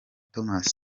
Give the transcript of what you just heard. thomas